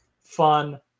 fun